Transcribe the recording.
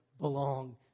belong